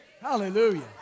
Hallelujah